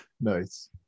Nice